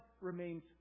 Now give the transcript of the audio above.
remains